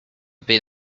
been